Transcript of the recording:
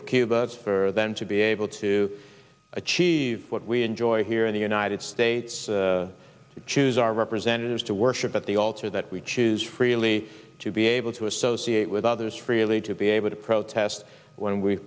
of cuba for them to be able to achieve what we enjoy here in the united states to choose our representatives to worship at the altar that we choose freely to be able to associate with others freely to be able to protest when we